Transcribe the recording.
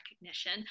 recognition